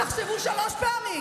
תחשבו שלוש פעמים.